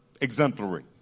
exemplary